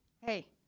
Hey